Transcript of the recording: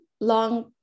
long